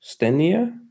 Stenia